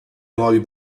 nuovi